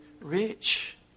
rich